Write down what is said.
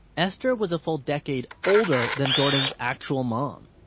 esther was a full decade older than jordan's actual mom.